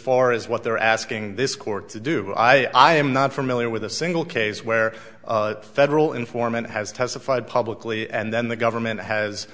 far as what they're asking this court to do i am not familiar with a single case where the federal informant has testified publicly and then the government has